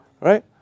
right